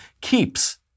Keeps